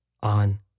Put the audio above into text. on